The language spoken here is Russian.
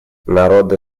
народы